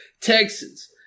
Texans